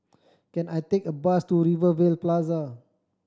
can I take a bus to Rivervale Plaza